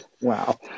Wow